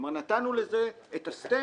כלומר נתנו לזה את ה-stamp.